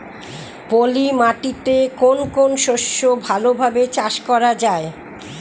পলি মাটিতে কোন কোন শস্য ভালোভাবে চাষ করা য়ায়?